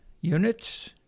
units